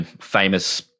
famous